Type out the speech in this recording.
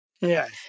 Yes